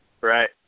Right